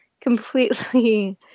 completely